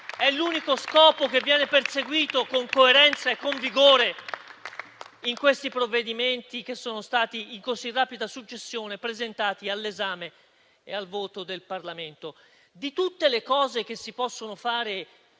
è l'unico scopo che viene perseguito con coerenza e con vigore in questi provvedimenti che, in così rapida successione, sono stati presentati all'esame e al voto del Parlamento. Di tutte le cose che si possono fare